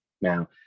Now